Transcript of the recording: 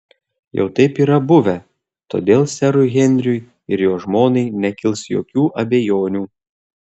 jau taip yra buvę todėl serui henriui ir jo žmonai nekils jokių abejonių